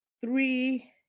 three